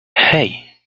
hey